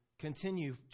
continue